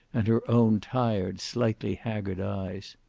and her own tired, slightly haggard eyes.